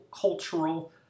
cultural